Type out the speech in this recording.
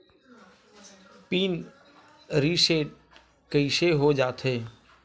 Pin reset कइसे हो जाथे?